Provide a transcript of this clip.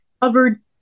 covered